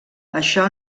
això